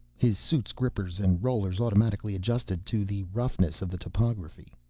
his suit's grippers and rollers automatically adjusted to the roughness of the topography.